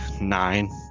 nine